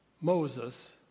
Moses